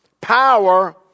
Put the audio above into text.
power